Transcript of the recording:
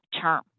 term